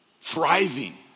thriving